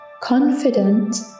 confident